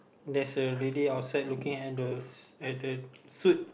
there's a lady outside looking at the at the suit